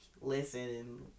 listen